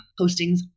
postings